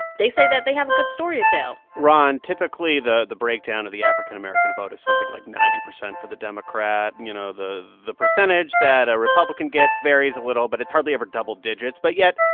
they say that they have a good story to tell ron, typically, the the breakdown of the african american vote is something like ninety percent for the democrat. you know, the the percentage that a republican gets varies a little, but it's hardly ever double digits. but yet,